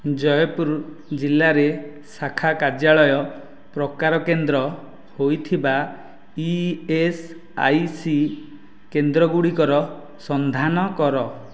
ଜୟପୁର ଜିଲ୍ଲାରେ ଶାଖା କାର୍ଯ୍ୟାଳୟ ପ୍ରକାର କେନ୍ଦ୍ର ହୋଇଥିବା ଇଏସ୍ଆଇସି କେନ୍ଦ୍ରଗୁଡ଼ିକର ସନ୍ଧାନ କର